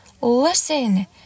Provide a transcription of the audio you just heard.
Listen